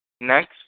Next